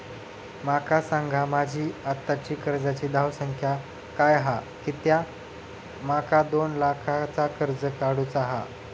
माका सांगा माझी आत्ताची कर्जाची धावसंख्या काय हा कित्या माका दोन लाखाचा कर्ज काढू चा हा?